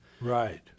Right